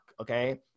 Okay